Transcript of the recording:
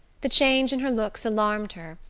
the change in her looks alarmed her,